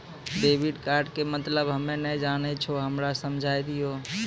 Debit card के मतलब हम्मे नैय जानै छौ हमरा समझाय दियौ?